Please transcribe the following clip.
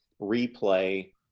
replay